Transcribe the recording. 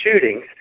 shootings